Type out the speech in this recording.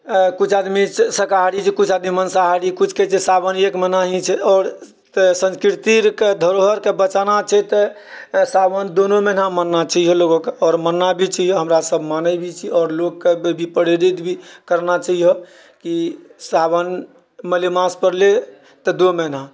कुछ आदमी शाकाहारी छै कुछ आदमी माँसाहारी कुछके छै सावन एक मनाही छै आओर संस्कृतिके धरोहरके बचाना छै तऽ सावन दुनू महीनामे मानना चाहिए लोगोके आओर मानना भी चाहिए हमरासब मानै भी छियै आओर लोकके भी प्रेरित भी करना चाहिय की सावन मलेमास पड़लै तऽ दो महीना